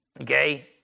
Okay